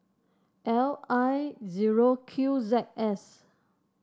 L I zero Q Z S